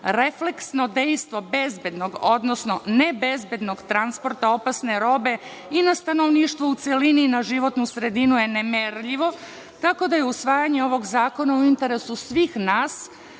refleksno dejstvo bezbednog, odnosno ne bezbednog transporta opasne robe i na stanovništvo u celini, na životnu sredinu je nemerljivo, tako da je usvajanje ovog zakona u interesu svih nas